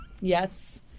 Yes